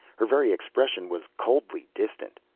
her very expression was coldly distant.